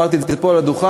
אמרתי את זה פה על הדוכן,